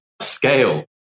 scale